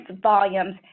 volumes